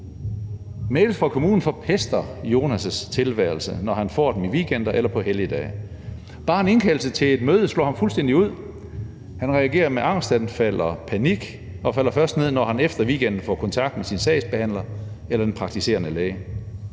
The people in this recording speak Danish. Mails fra kommunen forpester Jonas' tilværelse, når han får dem i weekender eller på helligdage. Bare en indkaldelse til et møde slår ham fuldstændig ud. Han reagerer med angstanfald og panik og falder først ned, når han efter weekenden får kontakt med sin sagsbehandler eller den praktiserende læge.